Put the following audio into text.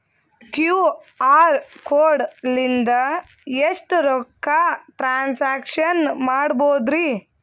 QR code ಲಿಂದ ಎಷ್ಟ ರೊಕ್ಕ ಟ್ರಾನ್ಸ್ಯಾಕ್ಷನ ಮಾಡ್ಬೋದ್ರಿ?